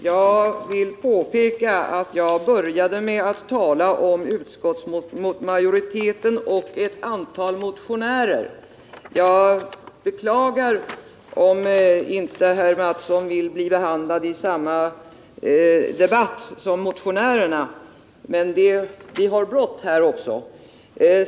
Herr talman! Jag vill påpeka att jag började med att tala om utskottsmajoriteten och ett antal motionärer och beklagar om herr Mattsson inte vill bli behandlad i samma debatt som motionärerna. Men det är bråttom också.